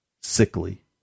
sickly